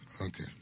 Okay